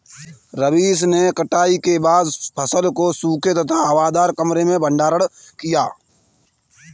रवीश ने कटाई के बाद फसल को सूखे तथा हवादार कमरे में भंडारण किया